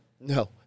No